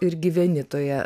ir gyveni toje